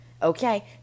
Okay